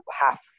half